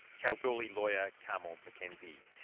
kalgoorlie lawyer, carmel mckenzie.